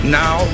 now